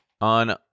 on